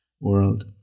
world